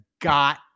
got